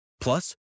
Plus